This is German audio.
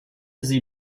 sie